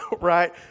right